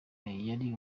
yari